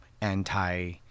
anti